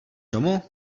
tomu